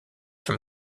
from